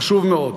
חשוב מאוד.